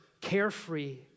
carefree